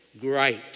Great